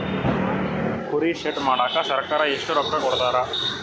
ಕುರಿ ಶೆಡ್ ಮಾಡಕ ಸರ್ಕಾರ ಎಷ್ಟು ರೊಕ್ಕ ಕೊಡ್ತಾರ?